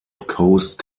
coast